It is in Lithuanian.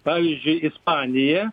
pavyzdžiui ispanija